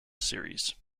series